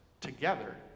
together